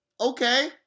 okay